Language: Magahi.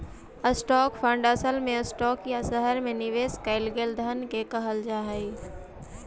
स्टॉक फंड असल में स्टॉक या शहर में निवेश कैल गेल धन के कहल जा हई